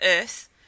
earth